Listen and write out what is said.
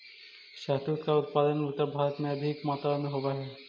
शहतूत का उत्पादन उत्तर भारत में अधिक मात्रा में होवअ हई